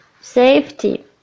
Safety